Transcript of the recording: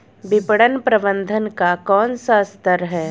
विपणन प्रबंधन का कौन सा स्तर है?